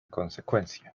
consecuencia